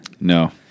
No